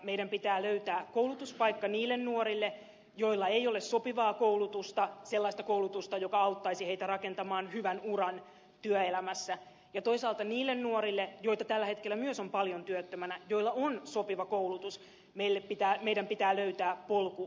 meidän pitää löytää koulutuspaikka niille nuorille joilla ei ole sopivaa koulutusta sellaista koulutusta joka auttaisi heitä rakentamaan hyvän uran työelämässä ja toisaalta niille nuorille joita tällä hetkellä myös on paljon työttömänä joilla on sopiva koulutus meidän pitää löytää polku työelämään